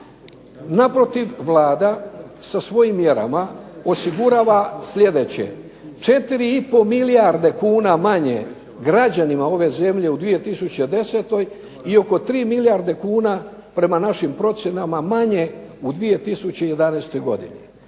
Naprotiv, Vlada sa svojim mjerama osigurava sljedeće. 4 i pol milijarde kuna manje građanima ove zemlje u 2010. i oko 3 milijarde kuna prema našim procjenama manje u 2011. godini.